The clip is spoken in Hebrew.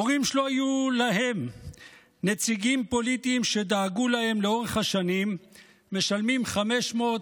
הורים שלא היו להם נציגים פוליטיים שדאגו להם לאורך השנים משלמים 500,